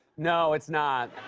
no, it's not.